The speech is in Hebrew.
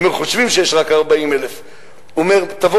הוא אומר: חושבים שיש רק 40,000. הוא אומר: תבוא